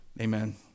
Amen